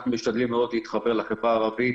אנחנו משתדלים מאוד להתחבר לחברה הערבית